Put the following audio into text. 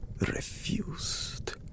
refused